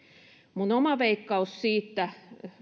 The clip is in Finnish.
minun oma veikkaukseni siitä